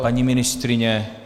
Paní ministryně?